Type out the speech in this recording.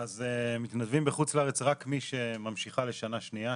אז מתנדבים בחוץ לארץ רק מי שממשיכה לשנה שנייה.